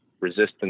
resistance